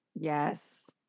Yes